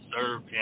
serve